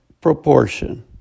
proportion